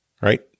right